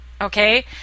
Okay